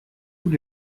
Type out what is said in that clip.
tous